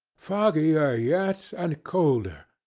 foggier yet, and colder.